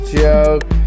joke